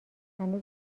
هنوز